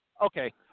Okay